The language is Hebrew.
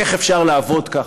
איך אפשר לעבוד ככה?